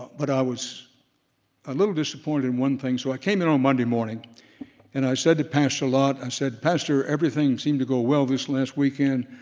but i was a little disappointed in one thing, so i came in on monday morning and i said to pastor lott, i said, pastor, everything seemed to go well this last weekend,